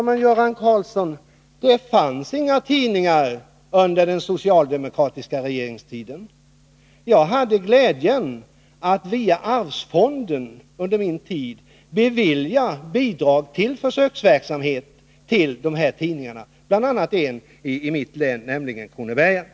Men det fanns ju inga sådana här tidningar under den socialdemokratiska regeringstiden! Jag hade under min tid som socialminister glädjen att bevilja bidrag från allmänna arvsfonden till försöksverksamhet med sådana här tidningar, bl.a. en i mitt län, nämligen Kronobergaren.